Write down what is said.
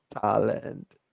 talent